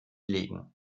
legen